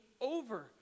over